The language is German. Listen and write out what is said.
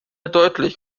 deutlich